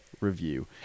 review